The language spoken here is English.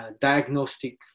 diagnostic